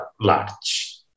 large